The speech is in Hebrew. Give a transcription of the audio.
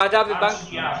פעם שנייה.